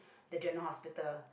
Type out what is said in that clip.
the general hospital